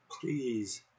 please